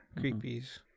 creepies